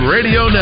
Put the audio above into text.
Radio